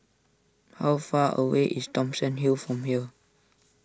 how far away is Thomson Hill from here